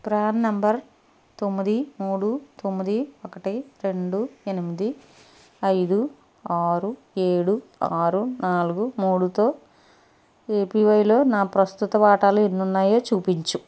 PRAN number తొమ్మిది మూడు తొమ్మిది ఒకటి రెండు ఎనిమిది ఐదు ఆరు ఏడు ఆరు నాలుగు మూడుతో ఏపీవైలో నా ప్రస్తుత వాటాలు ఎన్నున్నాయో చూపించు